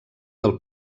del